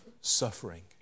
suffering